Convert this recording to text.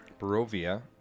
Barovia